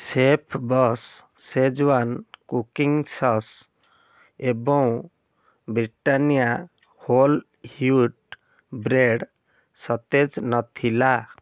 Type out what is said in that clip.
ChefBoss Schezwan cooking sauce ଏବଂ Britannia whole wheat bread ସତେଜ ନଥିଲା